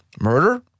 Murder